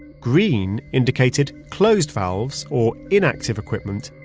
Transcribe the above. green indicated closed valves or inactive equipment,